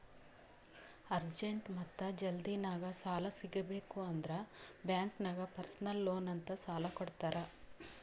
urgent ಮತ್ತ ಜಲ್ದಿನಾಗ್ ಸಾಲ ಸಿಗಬೇಕ್ ಅಂದುರ್ ಬ್ಯಾಂಕ್ ನಾಗ್ ಪರ್ಸನಲ್ ಲೋನ್ ಅಂತ್ ಸಾಲಾ ಕೊಡ್ತಾರ್